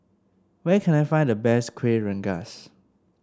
where can I find the best Kueh Rengas